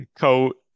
coat